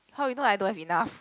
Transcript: how you know I don't have enough